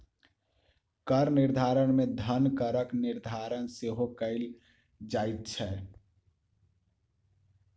कर निर्धारण मे धन करक निर्धारण सेहो कयल जाइत छै